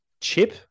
Chip